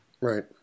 Right